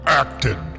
acted